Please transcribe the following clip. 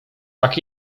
tak